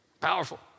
Powerful